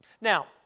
Now